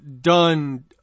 done